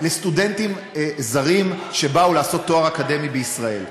לסטודנטים זרים שבאו לעשות תואר אקדמי בישראל.